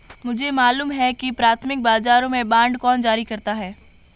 मुझे मालूम है कि प्राथमिक बाजारों में बांड कौन जारी करता है